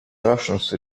russians